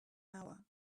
hour